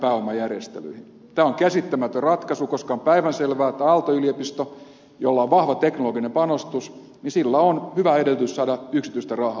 tämä on käsittämätön ratkaisu koska on päivänselvää että aalto yliopistolla jolla on vahva teknologinen panostus on hyvä edellytys saada yksityistä rahaa